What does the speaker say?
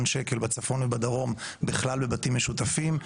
שקלים בצפון ובדרום בכלל בבתים משותפים,